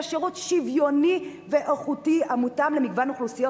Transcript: שירות שוויוני ואיכותי המותאם למגוון אוכלוסיות,